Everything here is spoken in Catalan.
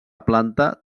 planta